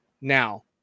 now